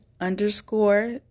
underscore